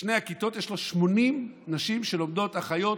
בשתי הכיתות יש 80 נשים שלומדות להיות אחיות,